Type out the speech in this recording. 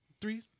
Three